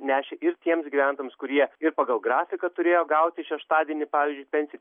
nešė ir tiems gyventojams kurie ir pagal grafiką turėjo gauti šeštadienį pavyzdžiui pensij